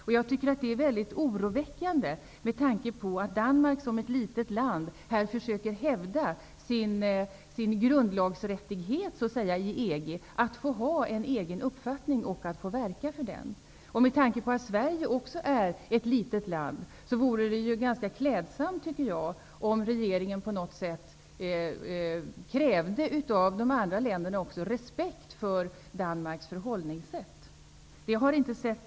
Det är mycket oroväckande, tycker jag, med tanke på att Danmark som ett litet land här försöker hävda sin grundlagsrättighet i EG -- rätten att ha en egen uppfattning och att få verka för den. Med tanke på att Sverige också är ett litet land vore det ganska klädsamt, tycker jag, om regeringen också på något sätt av de andra länderna krävde respekt för Danmarks förhållningssätt.